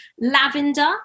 lavender